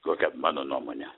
kokia mano nuomonė